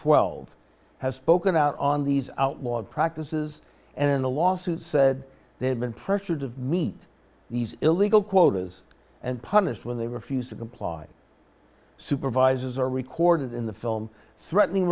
twelve have spoken out on these outlawed practices and in the lawsuit said they had been pressured to meet these illegal quotas and punished when they refused to comply supervisors are recorded in the film threatening